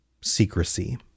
secrecy